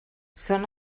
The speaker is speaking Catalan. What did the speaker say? són